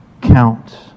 count